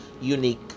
unique